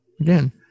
Again